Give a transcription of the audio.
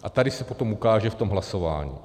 A tady se potom ukáže v hlasování.